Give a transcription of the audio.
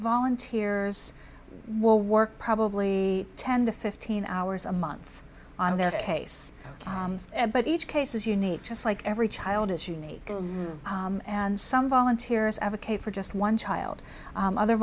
volunteers will work probably ten to fifteen hours a month on their case but each case is unique just like every child is unique and some volunteers advocate for just one child other